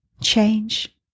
Change